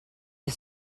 you